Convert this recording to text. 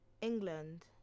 England